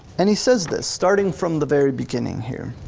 and he says this starting from the very beginning here.